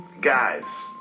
Guys